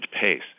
pace